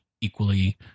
equally